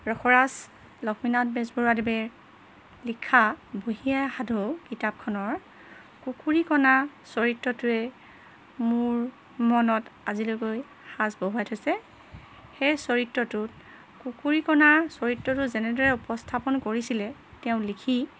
ৰসৰাজ লক্ষ্মীনাথ বেজবৰুৱাদেৱে লিখা বুঢ়ী আই সাধু কিতাপখনৰ কুকুৰীকণা চৰিত্ৰটোৱে মোৰ মনত আজিলৈকৈ সাজ বহুৱাই থৈছে সেই চৰিত্ৰটোত কুকুৰীকণা চৰিত্ৰটো যেনেদৰে উপস্থাপন কৰিছিলে তেওঁ লিখি